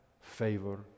favor